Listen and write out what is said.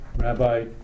Rabbi